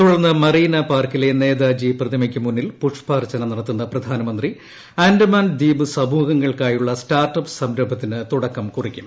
തുടർന്ന് മറീന പാർക്കിലെ നേതാജി പ്രതിമയ്ക്കു മുന്നിൽ പുഷ്പാർച്ചന നടത്തുന്ന പ്രധാനമന്ത്രി ആൻഡമാൻ ദ്വീപ് സമൂഹങ്ങൾക്കായുള്ള സ്റ്റാർട്ട് അപ് സംരംഭത്തിന് തുടക്കം കുറിക്കും